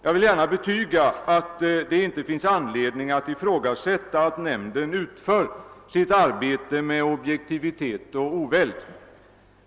Jag vill gärna betyga att det inte finns anledning ifrågasätta att nämnden utför sitt arbete med objektivitet och oväld.